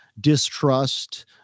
distrust